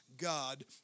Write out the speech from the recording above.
God